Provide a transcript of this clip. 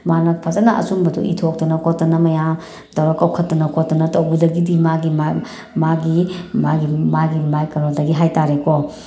ꯃꯥꯅ ꯐꯖꯅ ꯑꯆꯨꯝꯕꯗꯣ ꯏꯊꯣꯛꯇꯅ ꯈꯣꯠꯇꯅ ꯃꯌꯥꯝ ꯇꯧꯔ ꯀꯧꯈꯠꯇꯅ ꯈꯣꯠꯇꯅ ꯇꯧꯕꯗꯒꯤꯗꯤ ꯃꯥꯒꯤ ꯃꯥꯒꯤ ꯃꯥꯒꯤ ꯃꯥꯒꯤ ꯃꯥꯒꯤ ꯀꯩꯅꯣꯗꯒꯤ ꯍꯥꯏ ꯇꯥꯔꯦꯀꯣ